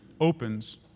opens